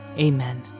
Amen